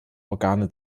organe